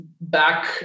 back